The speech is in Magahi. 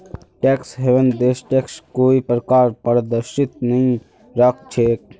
टैक्स हेवन देश टैक्सत कोई प्रकारक पारदर्शिता नइ राख छेक